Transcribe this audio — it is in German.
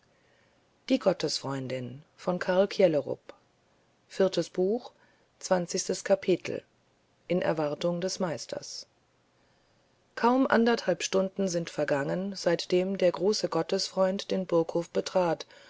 in ihm emportaucht drittes kapitel kaum anderthalb stunden sind vergangen seitdem der große gottesfreund den burghof betrat